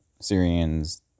Syrians